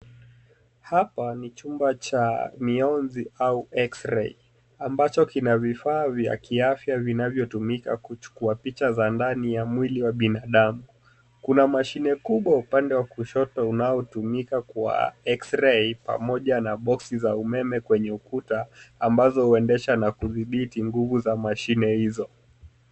Hapa ni chumba cha miozi au x-ray ambacho kina vifaa vya kiafya vinavyotumika kuchukua picha za ndani ya mwili wa binadamu kuna mashine kubwa upande wa kushoto unaotumika kwa Xray pamoja na boxi za umeme kwenye ukuta ambazo huendesha na kudhibiti nguvu za mashine hizo.